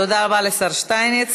תודה רבה לשר שטייניץ.